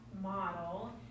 model